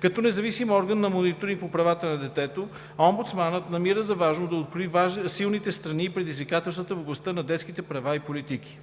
Като независим орган за мониторинг по правата на детето, омбудсманът намира за важно да открои силните страни и предизвикателствата в областта на детските права и политики: